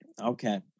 okay